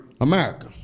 America